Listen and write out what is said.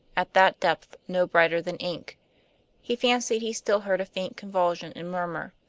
at that depth no brighter than ink he fancied he still heard a faint convulsion and murmur,